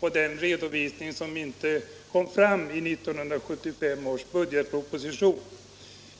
och den redovisning som inte kom fram i 1975 års budgetproposition.